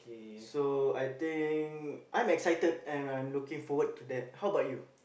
so I think I'm excited and I'm looking forward to that how about you